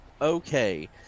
Okay